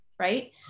Right